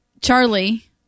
Charlie